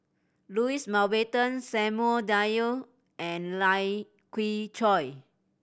Louis Mountbatten Samuel Dyer and Lai Kew Chai